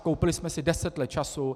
Koupili jsme si deset let času.